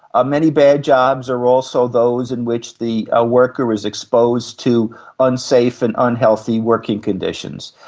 ah many bad jobs are also those in which the ah worker is exposed to unsafe and unhealthy working conditions.